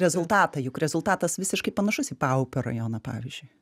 rezultatą juk rezultatas visiškai panašus į paupio rajoną pavyzdžiui